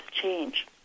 change